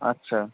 আচ্ছা